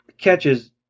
catches